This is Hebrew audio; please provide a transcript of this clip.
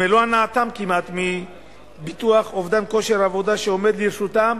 מלוא הנאתם מביטוח אובדן כושר עבודה העומד לרשותם,